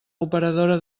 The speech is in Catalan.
operadora